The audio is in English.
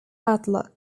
outlook